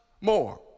more